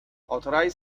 authorized